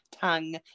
tongue